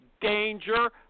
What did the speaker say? danger